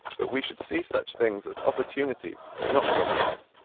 but we should see such things as opportunities, not problems.